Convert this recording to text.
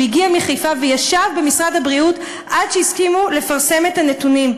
הוא הגיע מחיפה וישב במשרד הבריאות עד שהסכימו לפרסם את הנתונים.